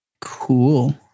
Cool